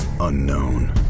unknown